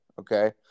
Okay